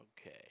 Okay